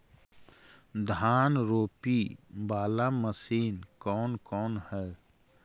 धान रोपी बाला मशिन कौन कौन है?